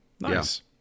Nice